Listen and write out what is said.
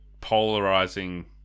polarizing